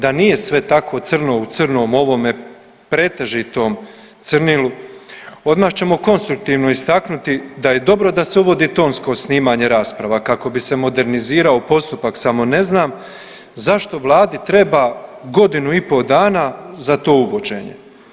Da nije sve tako crno u crnom ovome pretežitom crnilu odmah ćemo konstruktivno istaknuti da je dobro da se uvodi tonsko snimanje rasprava kako bi se modernizirao postupak, samo ne znam zašto vladi treba godinu i po dana za to uvođenje.